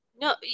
No